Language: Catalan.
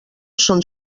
són